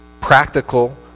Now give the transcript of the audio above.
practical